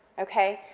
okay?